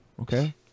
okay